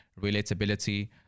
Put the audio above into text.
relatability